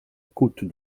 côte